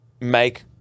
make